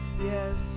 yes